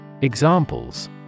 Examples